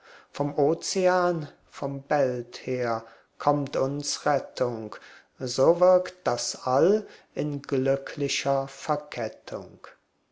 vom ozean vom belt her kommt uns rettung so wirkt das all in glücklicher verkettung